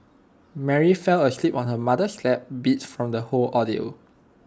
Mary fell asleep on her mother's lap beat from the whole ordeal